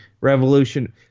revolution